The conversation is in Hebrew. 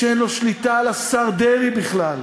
שאין לו שליטה על השר דרעי בכלל,